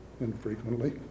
infrequently